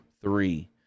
three